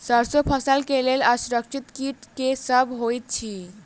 सैरसो फसल केँ लेल असुरक्षित कीट केँ सब होइत अछि?